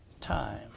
time